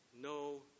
no